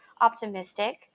optimistic